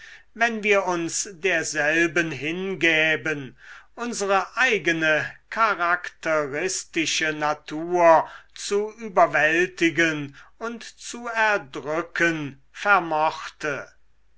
wenn wir uns derselben hingäben unsere eigene charakteristische natur zu überwältigen und zu erdrücken vermöchte